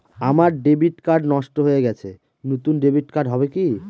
আমার debit card নষ্ট হয়ে গেছে নূতন ডেবিট কার্ড হবে কি?